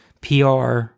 PR